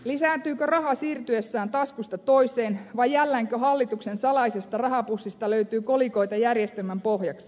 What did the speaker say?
lisääntyykö raha siirtyessään taskusta toiseen vai jälleenkö hallituksen salaisesta rahapussista löytyy kolikoita järjestelmän pohjaksi